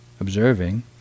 observing